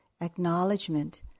acknowledgement